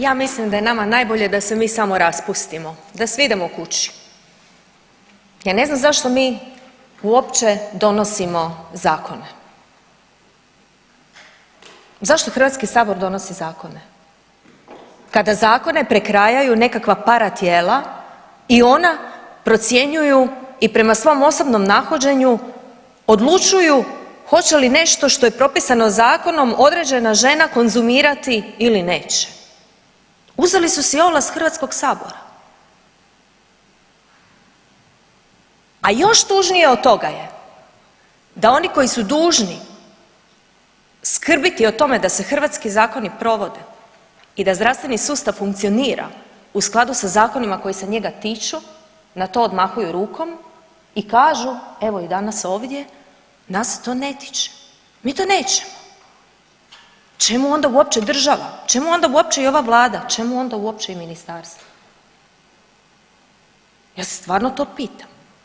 Ja mislim da je nama najbolje da se mi samo raspustimo, da svi idemo kući, ja ne znam zašto mi uopće donosimo zakone, zašto HS donosi zakone kada zakone prekrajaju nekakva para tijela i ona procjenjuju i prema svom osobnom nahođenju odlučuju hoće li nešto što je propisano zakonom određena žena konzumirati ili neće, uzeli su si ovlast HS, a još tužnije od toga je da oni koji su dužni skrbiti o tome da se hrvatski zakoni provode i da zdravstveni sustav funkcionira u skladu sa zakonima koji se njega tiču, na to odmahuju rukom i kažu evo ih danas ovdje, nas se to ne tiče, mi to nećemo, čemu onda uopće država, čemu onda uopće i ova vlada, čemu onda uopće i ministarstvo, ja se stvarno to pitam.